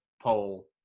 poll